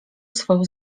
swą